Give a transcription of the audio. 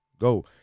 go